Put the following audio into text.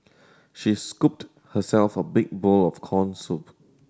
she scooped herself a big bowl of corn soup